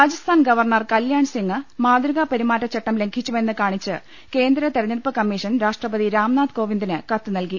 Rajasthan governor Kalyan Singh മാതൃകാപെരുമാറ്റച്ചട്ടം ലംഘിച്ചുവെന്ന് കാണിച്ച് കേന്ദ്ര തിരഞ്ഞെടുപ്പ് കമ്മീഷൻ രാഷ്ട്രപതി രാം നാഥ് കോവിന്ദിന് കത്ത് നൽകി